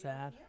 Sad